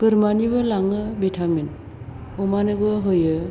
बोरमानिबो लाङो भिटामिन अमानोबो होयो